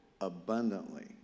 abundantly